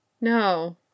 No